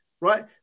Right